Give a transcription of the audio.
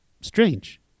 strange